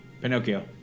Pinocchio